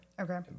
Okay